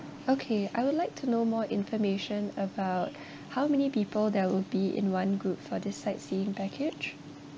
okay I would like to know more information about how many people there would be in one group for this sightseeing package